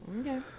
Okay